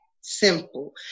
simple